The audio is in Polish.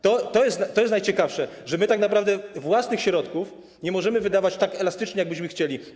To jest najciekawsze, że tak naprawdę własnych środków nie możemy wydawać tak elastycznie, jak byśmy chcieli.